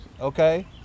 Okay